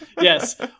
yes